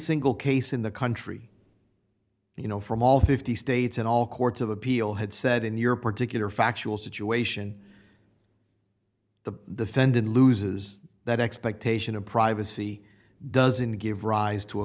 single case in the country you know from all fifty states and all courts of appeal had said in your particular factual situation the the fended loses that expectation of privacy doesn't give